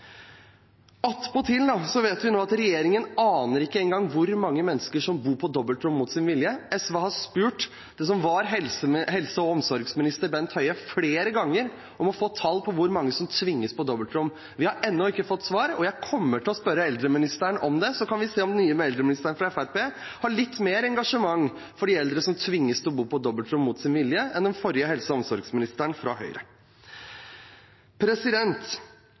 vet vi at regjeringen ikke aner hvor mange mennesker som bor på dobbeltrom mot sin vilje. SV har spurt tidligere helse- og omsorgsminister Bent Høie flere ganger om å få tall på hvor mange som tvinges til å bo på dobbeltrom. Vi har ennå ikke fått svar, og jeg kommer til å spørre eldreministeren om det. Så kan vi se om den nye eldreministeren fra Fremskrittspartiet har litt mer engasjement for de eldre som tvinges til å bo på dobbeltrom mot sin vilje, enn han som både var helse- og omsorgsminister fra Høyre.